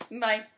Bye